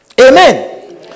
Amen